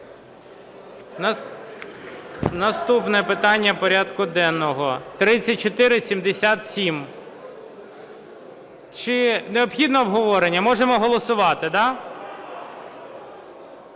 Наступне питання порядку денного – 3477. Чи необхідне обговорення? Можемо голосувати,